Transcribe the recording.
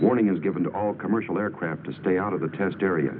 warning is given to all commercial aircraft to stay out of the test area